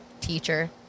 teacher